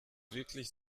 wirklich